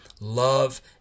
love